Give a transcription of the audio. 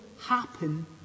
happen